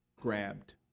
grabbed